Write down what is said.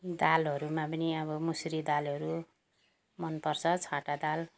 दालहरूमा पनि अब मुसुरी दालहरू मनपर्छ छाँटा दाल